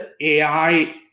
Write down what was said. AI